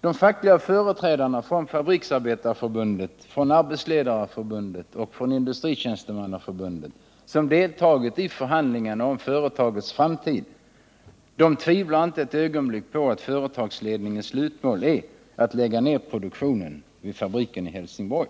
De fackliga företrädarna från Fabriksarbetareförbundet, Arbetsledareförbundet och Industritjänstemannaförbundet som deltagit i förhandlingarna om företagets framtid tvivlar inte ett ögonblick på att företagsledningens slutmål är att lägga ner produktionen vid fabriken i Helsingborg.